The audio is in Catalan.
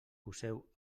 poseu